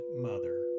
mother